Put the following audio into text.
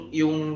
yung